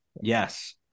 Yes